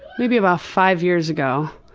maybe about five years ago.